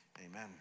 amen